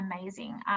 amazing